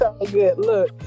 look